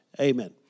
Amen